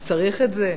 אז צריך את זה?